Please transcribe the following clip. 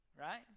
right